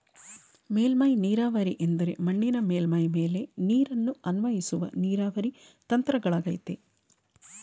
ಮೇಲ್ಮೈ ನೀರಾವರಿ ಎಂದರೆ ಮಣ್ಣಿನ ಮೇಲ್ಮೈ ಮೇಲೆ ನೀರನ್ನು ಅನ್ವಯಿಸುವ ನೀರಾವರಿ ತಂತ್ರಗಳಗಯ್ತೆ